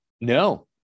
No